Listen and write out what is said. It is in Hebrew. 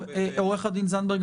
עו"ד זנדברג,